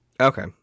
Okay